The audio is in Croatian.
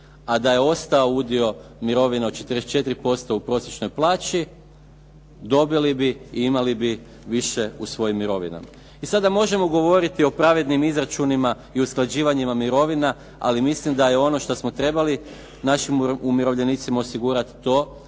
a da je ostao udio mirovina od 44% u prosječnoj plaći, dobili bi i imali bi više u svojim mirovinama. Sada možemo govoriti o pravednim izračunima i usklađivanjima mirovina, ali mislim da je ono što smo trebali našim umirovljenicima osigurat to